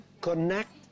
connect